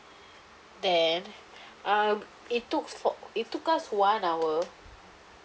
then uh it took f~ it took us one hour